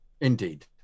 indeed